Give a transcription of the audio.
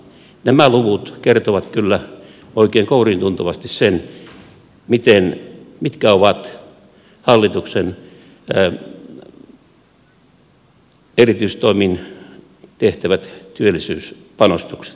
nämä luvut kertovat kyllä oikein kouriintuntuvasti sen mitkä ovat hallituksen erityistoimin tehtävät työllisyyspanostukset